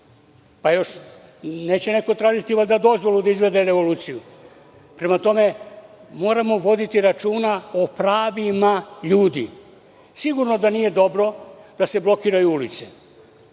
pa neće neko valjda tražiti dozvolu da izvede revoluciju. Prema tome, moramo voditi računa o pravima ljudi. Sigurno da nije dobro da se blokiraju ulice,